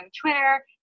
Twitter